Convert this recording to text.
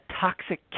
toxic